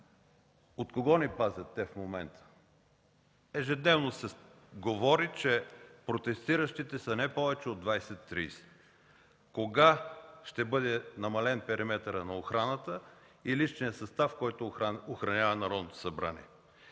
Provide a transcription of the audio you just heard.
от кого ни пазят те в момента? Ежедневно се говори, че протестиращите са не повече от 20-30 души. Кога ще бъде намален периметърът на охраната и личният състав, който охранява Народното събрание?